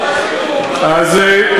משרד הבינוי והשיכון הציבורי,